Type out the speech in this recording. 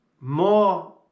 more